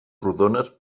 rodones